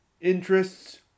interests